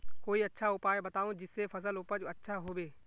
कोई अच्छा उपाय बताऊं जिससे फसल उपज अच्छा होबे